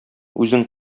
үзең